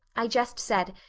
i just said,